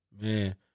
man